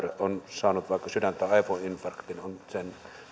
on saanut vaikka sydän tai aivoinfarktin on sen